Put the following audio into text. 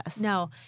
No